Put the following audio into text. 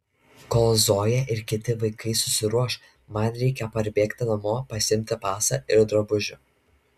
kol zoja ir kiti vaikai susiruoš man reikia parbėgti namo pasiimti pasą ir drabužių